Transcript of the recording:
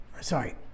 sorry